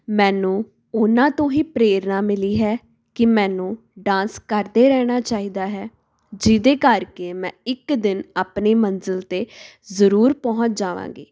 ਮੈਨੂੰ ਉਹਨਾਂ ਤੋਂ ਹੀ ਪ੍ਰੇਰਨਾ ਮਿਲੀ ਹੈ ਕਿ ਮੈਨੂੰ ਡਾਂਸ ਕਰਦੇ ਰਹਿਣਾ ਚਾਹੀਦਾ ਹੈ ਜਿਹਦੇ ਕਰਕੇ ਮੈਂ ਇੱਕ ਦਿਨ ਆਪਣੀ ਮੰਜ਼ਿਲ 'ਤੇ ਜ਼ਰੂਰ ਪਹੁੰਚ ਜਾਵਾਂਗੀ